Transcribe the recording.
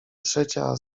trzecia